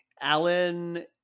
Alan